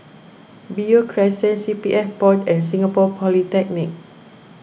Beo Crescent C P F Board and Singapore Polytechnic